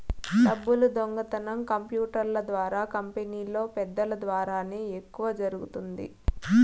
డబ్బులు దొంగతనం కంప్యూటర్ల ద్వారా కంపెనీలో పెద్దల ద్వారానే ఎక్కువ జరుగుతుంది